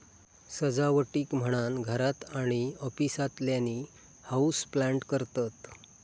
सजावटीक म्हणान घरात आणि ऑफिसातल्यानी हाऊसप्लांट करतत